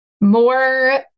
more